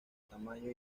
tamaño